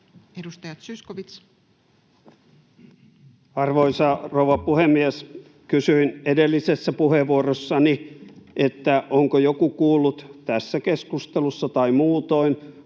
Content: Arvoisa rouva puhemies! Kysyin edellisessä puheenvuorossani, onko joku kuullut tässä keskustelussa tai muutoin